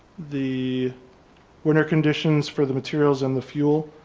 the winter conditions for the materials and the fuel.